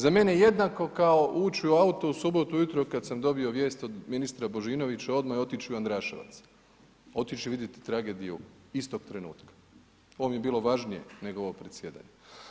Za mene je jednako kao ući u auto u subotu ujutro kada sam dobio vijest od ministra Božinovića odmah otići u Andraševac, otići i vidjeti tragediju istog trenutka, ovo mi je bilo važnije nego ovo predsjedanje.